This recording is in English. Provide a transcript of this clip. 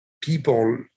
people